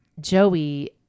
Joey